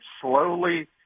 slowly